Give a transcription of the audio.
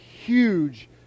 huge